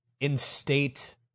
instate